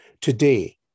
Today